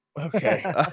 Okay